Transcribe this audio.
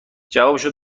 جوابشو